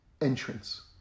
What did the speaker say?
entrance